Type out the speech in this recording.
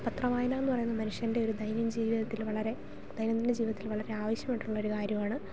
പതത്രം വായന എന്ന് പറയുന്ന മനുഷ്യൻ്റെ ഒരു ദൈനം ജീവിതത്തിൽ വളരെ ദൈനംദിന ജീവിതത്തിൽ വളരെ ആവശ്യമായിട്ടുള്ള ഒരു കാര്യം ആണ്